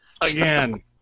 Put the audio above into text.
Again